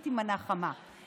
רציתי מנה חמה.